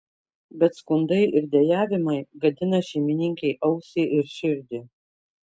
bet skundai ir dejavimai gadina šeimininkei ausį ir širdį